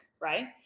Right